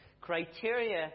criteria